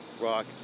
rock